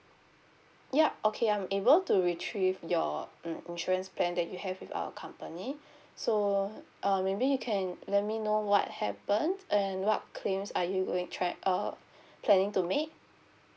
yup okay I'm able to retrieve your mm insurance plan that you have with our company so uh maybe you can let me know what happened and what claims are you going track uh planning to make